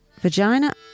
vagina